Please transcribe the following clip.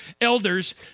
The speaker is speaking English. elders